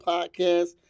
Podcast